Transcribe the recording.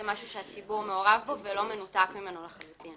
משהו שהציבור מעורב בו ולא מנותק ממנו לחלוטין.